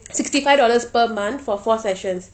sixty five dollars per month for four sessions